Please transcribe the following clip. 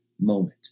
moment